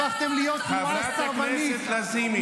הפכתם להיות תנועה סרבנית,